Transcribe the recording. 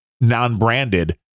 non-branded